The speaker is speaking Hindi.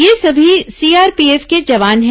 ये सभी सीआरपीएफ के जवान हैं